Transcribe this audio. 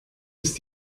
ist